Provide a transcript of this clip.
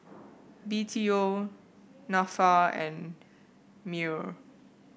B T O NAFA and MEWR